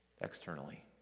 externally